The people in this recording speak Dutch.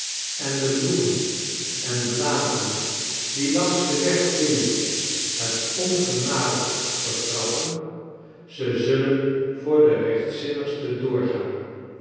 en de bloemen en bladeren die langs den weggroeien hetongenadigst vertrappen ze zullen voor de rechtzinnigsten doorgaan